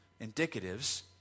indicatives